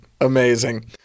amazing